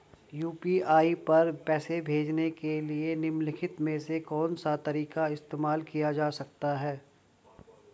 UPI पर पैसे भेजने के लिए निम्नलिखित में से कौन सा तरीका इस्तेमाल किया जा सकता है?